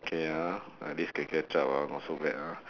okay ah at least can catch up ah not so bad ah